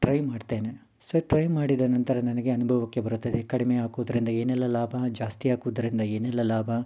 try ಮಾಡ್ತೇನೆ so try ಮಾಡಿದ ನಂತರ ನನಗೆ ಅನುಭವಕ್ಕೆ ಬರುತ್ತದೆ ಕಡಿಮೆ ಹಾಕುವುದರಿಂದ ಏನೆಲ್ಲ ಲಾಭ ಜಾಸ್ತಿ ಹಾಕುವುದರಿಂದ ಏನೆಲ್ಲ ಲಾಭ